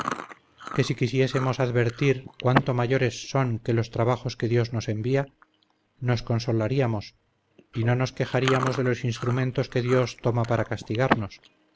que si quisiésemos advertir cuánto mayores son que los trabajos que dios nos envía nos consolaríamos y no nos quejaríamos de los instrumentos que dios toma para castigarnos